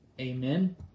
Amen